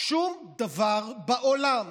שום דבר בעולם,